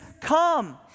come